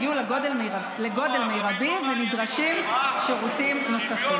הגיעו לגודל מרבי ונדרשים שירותים נוספים.